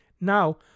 Now